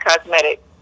cosmetic